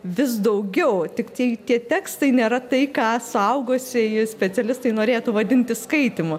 vis daugiau tiktai tie tekstai nėra tai ką suaugusieji specialistai norėtų vadinti skaitymu